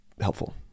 helpful